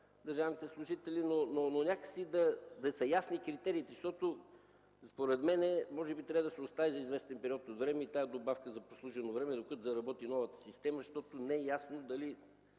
държавните служители, но да са ясни критериите. Според мен, може би трябва да се остави за известен период от време добавката за прослужено време, докато заработи новата система. Не е ясно дали